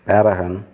paragon